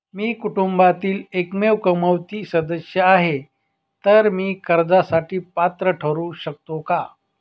मी कुटुंबातील एकमेव कमावती सदस्य आहे, तर मी कर्जासाठी पात्र ठरु शकतो का?